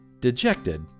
Dejected